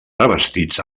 revestits